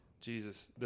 Jesus